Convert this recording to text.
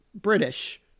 british